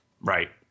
Right